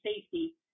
safety